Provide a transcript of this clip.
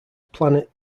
planet